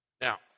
Now